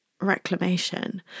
reclamation